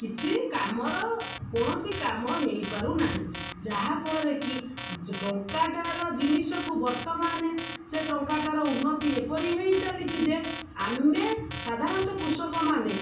କିଛି କାମର କୌଣସି କାମ ହେଇପାରୁନାହିଁ ଯାହାଫଳରେ କି ଟଙ୍କାଟାର ଜିନିଷକୁ ବର୍ତ୍ତମାନେ ସେ ଟଙ୍କାଟାର ଉନ୍ନତି ଏପରି ହେଇ ଚାଲିଛି ଯେ ଆମେ ସାଧାରଣତଃ କୃଷକମାନେ